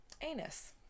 anus